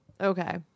okay